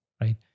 right